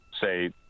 say